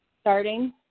starting